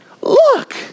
Look